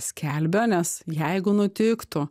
skelbia nes jeigu nutiktų